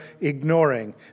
ignoring